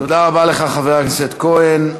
תודה רבה לך, חבר הכנסת כהן.